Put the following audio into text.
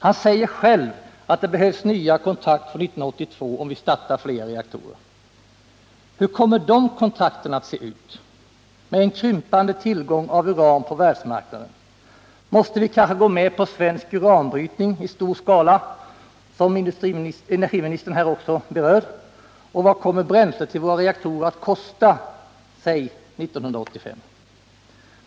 Han säger själv att det behövs nya kontrakt från 1982, om vi startar flera reaktorer. Hur kommer de kontrakten att se ut, med en krympande tillgång på uran på världsmarknaden? Måste vi kanske gå med på svensk uranbrytning i stor skala, som energiministern här också har berört, och vad kommer bränslet till våra reaktorer att kosta, säg 1985?